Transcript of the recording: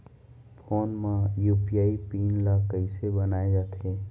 Phone म UPI PIN ल कइसे बनाये जाथे?